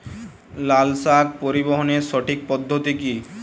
লালশাক পরিবহনের সঠিক পদ্ধতি কি?